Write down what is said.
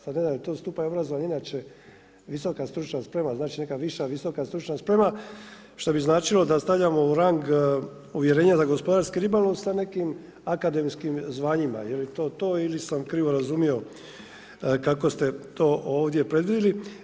Sad ne znam je li to stupanj obrazovanja inače visoka stručna sprema, znači neka visoka, viša stručna sprema, što bi značilo da stavljamo u rang uvjerenje da gospodarski ribolov sa nekim akademskim zvanjima, je li to to ili sam krivo razumio kako ste to ovdje predvidjeli.